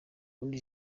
ubundi